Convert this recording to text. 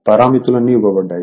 పారామితులన్నీ ఇవ్వబడ్డాయి